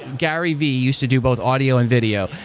gary v. used to do both audio and video.